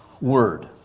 word